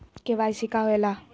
KYC का होवेला?